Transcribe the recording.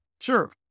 Sure